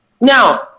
Now